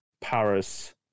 paris